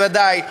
בוודאי,